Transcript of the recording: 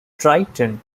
triton